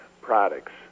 products